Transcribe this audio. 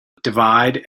divide